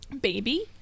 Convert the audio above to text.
baby